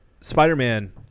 Spider-Man